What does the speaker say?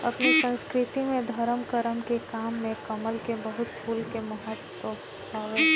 अपनी संस्कृति में धरम करम के काम में कमल के फूल के बहुते महत्व हवे